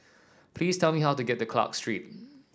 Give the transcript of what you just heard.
please tell me how to get to Clarke Street